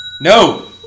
No